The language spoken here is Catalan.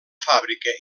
fàbrica